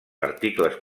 articles